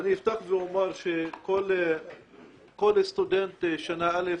אני אפתח ואומר שכל סטודנט שנה א'